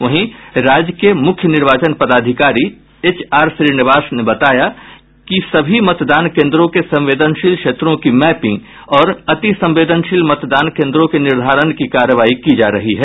वहीं राज्य के मुख्य निर्वाचन पदाधिकारी एच आर श्रीनिवास ने बताया कि सभी मतदान केंद्रों के संवेदनशील क्षेत्रों की मैपिंग और अति संवदेनशील मतदान केंद्रों के निर्धारण की कार्रवाई की जा रही है